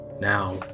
now